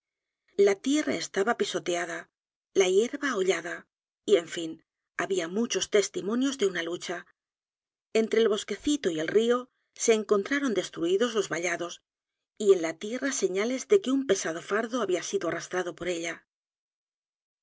la tierra estaba pisoteada la hierba hollada y en fin había muchos testimonios de una lucha entre el bosquecito y el río se encontraron destruidos los vallados y en la tierra señales de que un pesado fardo había sido arrastrado por ella